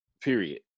period